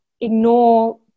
ignore